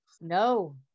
no